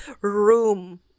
room